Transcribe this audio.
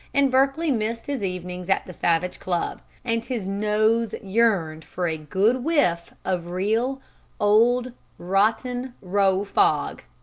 and berkeley missed his evenings at the savage club, and his nose yearned for a good whiff of real old rotten row fog.